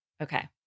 Okay